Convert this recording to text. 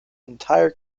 entire